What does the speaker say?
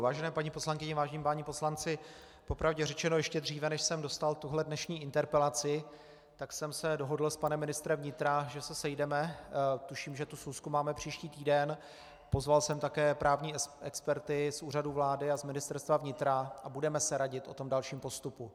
Vážené paní poslankyně, vážení páni poslanci, po pravdě řečeno, ještě dříve, než jsem dostal tuhle dnešní interpelaci, tak jsem se dohodl s panem ministrem vnitra, že se sejdeme, tuším, že tu schůzku máme příští týden, pozval jsem také právní experty z Úřadu vlády a z Ministerstva vnitra a budeme se radit o dalším postupu.